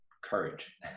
courage